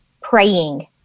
praying